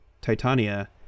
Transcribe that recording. titania